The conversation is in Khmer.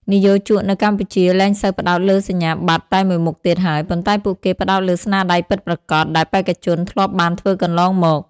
និយោជកនៅកម្ពុជាលែងសូវផ្ដោតលើសញ្ញាបត្រតែមួយមុខទៀតហើយ ប៉ុន្តែពួកគេផ្ដោតលើស្នាដៃពិតប្រាកដ ដែលបេក្ខជនធ្លាប់បានធ្វើកន្លងមក។